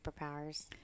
superpowers